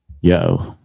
Yo